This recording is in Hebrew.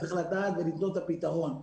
אז צריך לדעת ולמצוא את הפתרון.